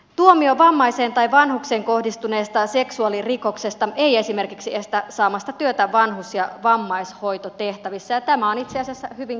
tuomio vammaiseen tai vanhukseen kohdistuneesta seksuaalirikoksesta ei esimerkiksi estä saamasta työtä vanhus ja vammaishoitotehtävissä ja tämä on itse asiassa hyvin käsittämätöntä